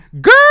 Girl